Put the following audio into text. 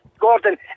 Gordon